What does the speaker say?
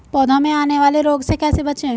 पौधों में आने वाले रोग से कैसे बचें?